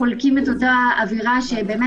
התש"ף 2020, להכנה לקריאה שנייה